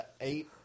eight